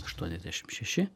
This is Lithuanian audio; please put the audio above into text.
aštuoniasdešim šeši